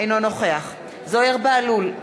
אינו נוכח זוהיר בהלול,